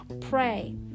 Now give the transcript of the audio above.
Pray